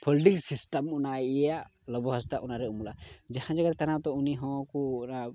folding system ᱚᱱᱟ ᱤᱭᱟᱹᱭᱟ ᱞᱚᱵᱚ ᱦᱟᱸᱥᱫᱟ ᱚᱱᱟ ᱨᱮ ᱩᱢᱩᱞᱟ ᱡᱟᱦᱟᱸ ᱡᱟᱭᱜᱟ ᱨᱮ ᱛᱟᱦᱮᱱᱟᱭ ᱩᱱᱤ ᱦᱚᱸ ᱠᱚ ᱚᱱᱟ